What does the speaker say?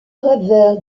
rover